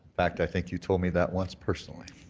fact i think you told me that once personally.